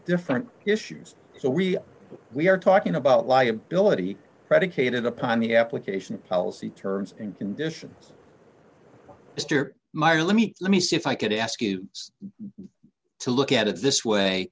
different issues so we are we are talking about liability predicated upon the application of policy terms and conditions mr mayor let me let me see if i could ask you to look at it this way